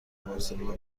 بارسلونا